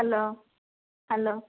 hello hello